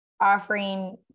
offering